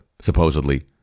supposedly